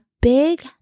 big